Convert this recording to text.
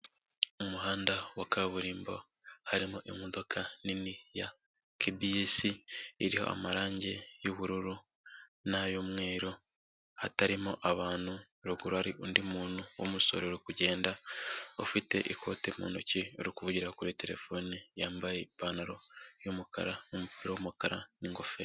Mu muhanda wa kaburimbo harimo imodoka nini ya kebiyesi iriho amarangi y’ubururu n'ay’umweru hatarimo abantu, ruguru hari undi muntu w’umusore uri kugenda ufite ikote mu ntoki ari kuvugira kuri terefone, yambaye ipantaro y’umukara n’umupira w’umukara n'ingofero.